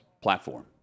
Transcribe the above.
platform